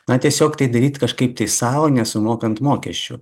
na tiesiog tai daryt kažkaip tai sau nesumokant mokesčių